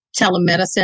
telemedicine